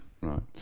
Right